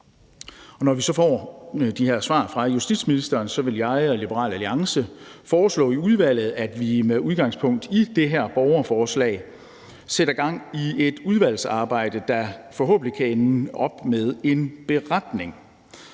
Når vi så får svar fra justitsministeren, vil jeg og Liberal Alliance foreslå i udvalget, at vi med udgangspunkt i det her borgerforslag sætter gang i et udvalgsarbejde, der forhåbentlig kan ende op med en beretning